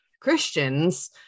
Christians